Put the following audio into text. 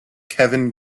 kevin